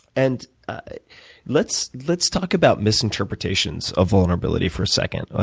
and let's let's talk about misinterpretations of vulnerability for a second.